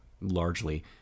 largely